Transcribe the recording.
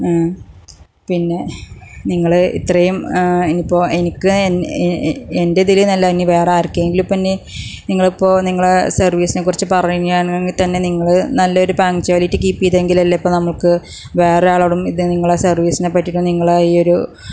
പിന്നെ നിങ്ങൾ ഇത്രയും ഇനിയിപ്പോൾ എനിക്ക് എൻ്റെ ഇതിൽ എന്നല്ല ഇനി വേറാർക്കെങ്കിലും ഇപ്പോൾ ഇനി നിങ്ങളിപ്പോൾ നിങ്ങൾ സർവിസിനെ കുറിച്ച് പറയുകയാണെങ്കിൽ തന്നെ നിങ്ങൾ നല്ലൊരു പാങ്ച്ചുവാലിറ്റി കീപ് ചെയ്തില്ലെങ്കിൽ ഇപ്പം നമ്മൾക്ക് വേറെ ആളോടും ഇത് നിങ്ങളെ സർവീസിനെ പറ്റിയിട്ടും നിങ്ങള നിങ്ങളെ ഈ ഒരു